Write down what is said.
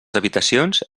habitacions